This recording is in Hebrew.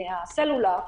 מהסלולר?